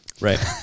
Right